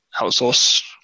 outsource